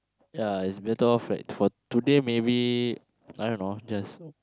ya it's better off like for today maybe I don't know just